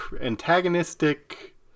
antagonistic